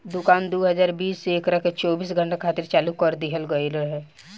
दुकान दू हज़ार बीस से एकरा के चौबीस घंटा खातिर चालू कर दीहल गईल रहे